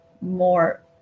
more